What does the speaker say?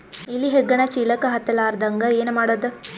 ಇಲಿ ಹೆಗ್ಗಣ ಚೀಲಕ್ಕ ಹತ್ತ ಲಾರದಂಗ ಏನ ಮಾಡದ?